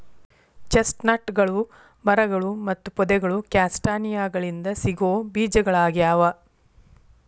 ಚೆಸ್ಟ್ನಟ್ಗಳು ಮರಗಳು ಮತ್ತು ಪೊದೆಗಳು ಕ್ಯಾಸ್ಟಾನಿಯಾಗಳಿಂದ ಸಿಗೋ ಬೇಜಗಳಗ್ಯಾವ